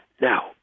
Now